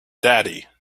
daddy